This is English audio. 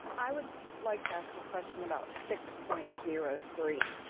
i would like to ask a question about six point zero three.